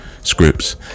scripts